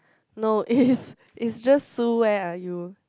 no is is just Sue where are you